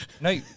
No